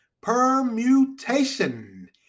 permutation